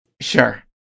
sure